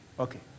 Okay